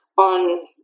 On